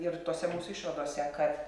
ir tose mūsų išvadose kad